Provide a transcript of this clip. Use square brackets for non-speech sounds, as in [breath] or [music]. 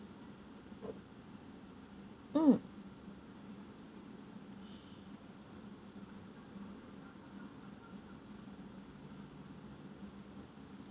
mm [breath]